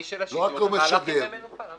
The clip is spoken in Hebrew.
--- של השידור חלה בימי מנוחה.